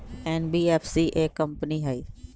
NBFC एक company हई?